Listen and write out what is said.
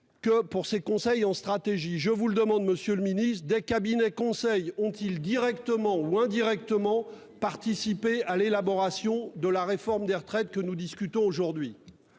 que des conseils en stratégie. Je vous le demande, monsieur le ministre : des cabinets de conseil ont-ils directement ou indirectement participé à l'élaboration de la réforme des retraites dont nous discutons aujourd'hui ?